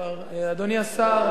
אדוני השר.